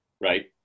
right